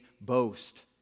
boast